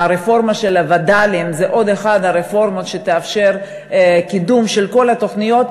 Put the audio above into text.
הרפורמה של הווד"לים זו עוד אחת הרפורמות שתאפשר קידום של כל התוכניות,